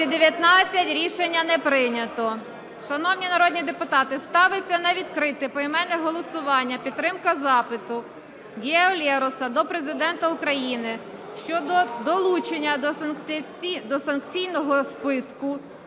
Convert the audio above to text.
За-219 Рішення не прийнято. Шановні народні депутати, ставиться на відкрите поіменне голосування підтримка запиту Гео Лероса до Президента України щодо долучення до санкційного списку,